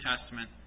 Testament